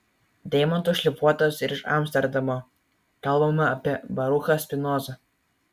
deimantų šlifuotojas iš amsterdamo kalbama apie baruchą spinozą